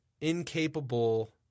incapable